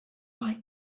why